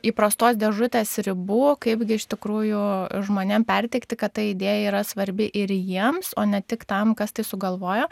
įprastos dėžutės ribų kaip gi iš tikrųjų žmonėms perteikti kad ta idėja yra svarbi ir jiems o ne tik tam kas tai sugalvojo